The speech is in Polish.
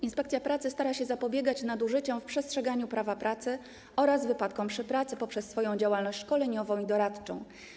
Inspekcja pracy stara się zapobiegać nadużyciom w przestrzeganiu prawa pracy oraz wypadkom przy pracy poprzez swoją działalność szkoleniową i doradczą.